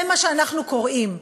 זה מה שאנחנו קוראים,